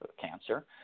cancer